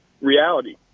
reality